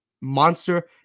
monster